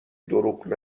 دروغ